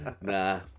nah